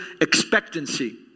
expectancy